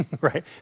right